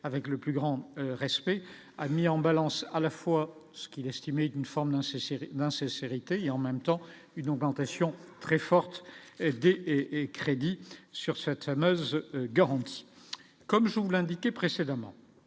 avec le plus grand respect mis en balance à la fois ce qu'il estime être une forme dans ces séries d'insincérité et en même temps une augmentation très forte aider et crédits sur cette fameuse garantie comme je vous l'indiquais précédemment,